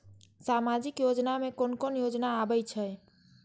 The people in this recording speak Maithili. सामाजिक योजना में कोन कोन योजना आबै छै?